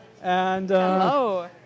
Hello